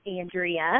Andrea